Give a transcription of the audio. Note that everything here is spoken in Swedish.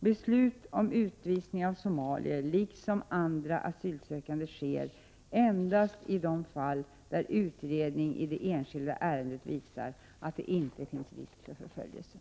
Beslut om utvisning av somalier — liksom av andra asylsökande — sker endast i de fall där utredningen i det enskilda ärendet visar att det inte finns risk för förföljelse.